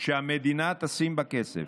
שהמדינה תשים בה כסף,